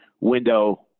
window